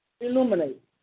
illuminate